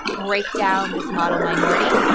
break down this model minority.